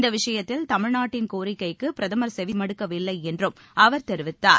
இந்த விஷயத்தில் தமிழ்நாட்டின் கோரிக்கைக்கு பிரதமர் செவி மடுக்கவில்லை என்றும் அவர் தெரிவித்தார்